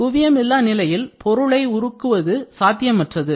குவியம் இல்லா நிலையில் பொருளை உருக்குவது சாத்தியமற்றது